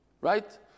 Right